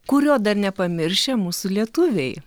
kurio dar nepamiršę mūsų lietuviai